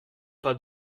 pas